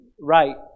right